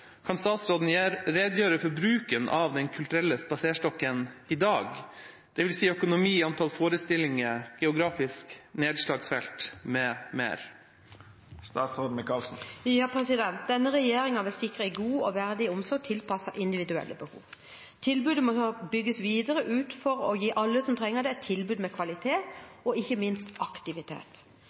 Kan statsråden redegjøre for bruken av DKSp i dag, dvs. økonomi, antall forestillinger, geografisk nedslagsfelt m.m.?» Denne regjeringen vil sikre en god og verdig omsorg tilpasset individuelle behov. Tilbudet må bygges ut videre for å gi alle som trenger det, et tilbud med kvalitet og ikke minst aktivitet.